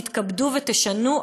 תתכבדו ותשנו,